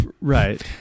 right